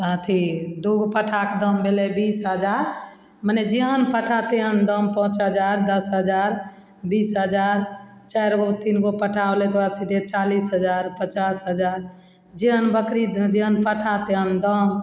अथी दुइ गो पट्ठाके दाम भेलै बीस हजार मने जेहन पट्ठा तेहन दाम पाँच हजार दस हजार बीस हजार चारि गो तीन गो पट्ठा होलै तऽ ओकरा सीधे चालिस हजार पचास हजार जेहन बकरी जेहन पट्ठा तेहन दाम